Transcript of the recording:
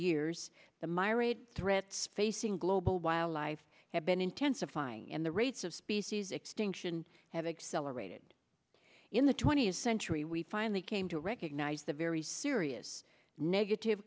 years the mire raid threats facing global wildlife have been intensifying and the rates of species extinction have accelerated in the twentieth century we finally came to recognize the very serious negative